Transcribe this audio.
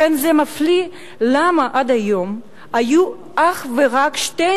לכן זה מפליא למה עד היום היו רק שתי